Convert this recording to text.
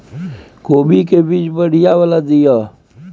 कोबी के बीज बढ़ीया वाला दिय?